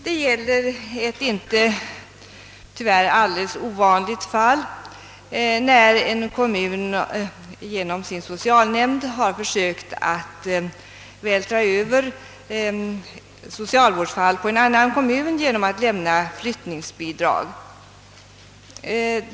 Det gäller bland annat ett ty värr inte alldeles ovanligt fall, när en kommun genom sin socialnämnd har försökt att vältra över socialvårdsfall på en annan kommun genom att lämna flyttningsbidrag.